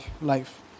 life